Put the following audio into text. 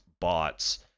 bots